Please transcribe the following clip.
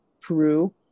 Peru